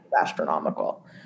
astronomical